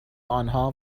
آنها